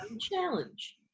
challenge